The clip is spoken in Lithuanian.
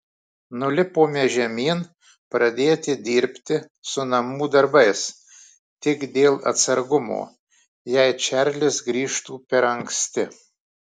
nulipome žemyn pradėti dirbti su namų darbais tik dėl atsargumo jei čarlis grįžtų per anksti